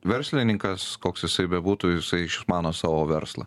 verslininkas koks jisai bebūtų jisai išmano savo verslą